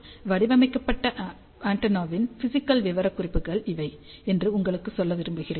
வடிவமைக்கப்பட்ட ஆண்டெனாவின் பிஸிக்கல் விவரக்குறிப்புகள் இவை என்று உங்களுக்குச் சொல்ல விரும்புகிறேன்